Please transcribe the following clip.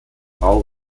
bau